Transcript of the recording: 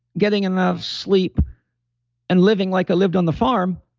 getting enough sleep and living like i lived on the farm,